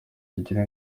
kigira